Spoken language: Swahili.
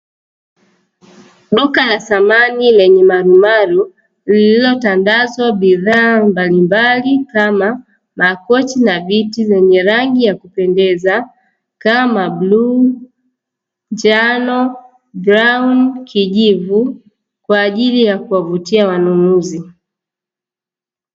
Duka la samani lenye marumaru lililotandazwa bidhaa mbalimbali kama makochi na viti vyenye rangi ya kupendeza kama bluu, njano, kahawia, kijivu kwa ajili ya kuwavutia wanunuzi.